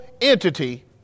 entity